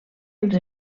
els